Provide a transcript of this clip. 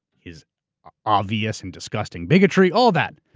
his obvious and disgusting bigotry, all of that.